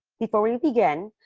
before we begin,